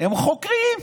הם חוקרים.